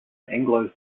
anglo